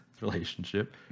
relationship